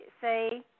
say